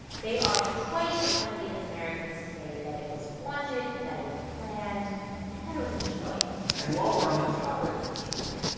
they are twice as likely as americans to say that it was wanted, that it was planned and that it was enjoyed and while we're on the topic of joy,